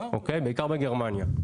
בעיקר בגרמניה.